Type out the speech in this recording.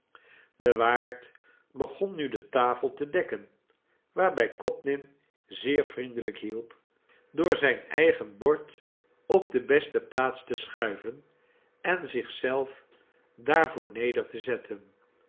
de waard begon nu de tafel te dekken waarbij codlin zeer vriendelijk hielp door zijn eigen bord op de beste plaats te schuiven en zich zelf daarvoor neder te zetten